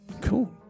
Cool